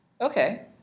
Okay